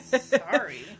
Sorry